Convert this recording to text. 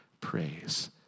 praise